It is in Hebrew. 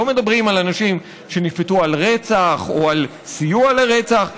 לא מדברים על אנשים שנשפטו על רצח או על סיוע לרצח.